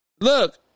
Look